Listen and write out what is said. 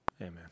amen